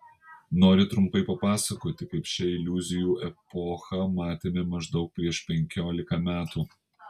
noriu trumpai papasakoti kaip šią iliuzijų epochą matėme maždaug prieš penkiolika metų